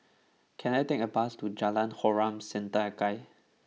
can I take a bus to Jalan Harom Setangkai